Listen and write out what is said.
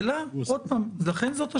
עוד פעם, לכן זאת השאלה.